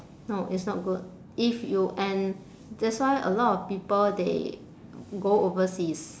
no it's not good if you and that's why a lot of people they go overseas